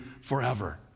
forever